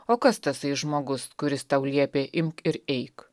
o kas tasai žmogus kuris tau liepė imk ir eik